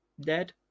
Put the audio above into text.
dead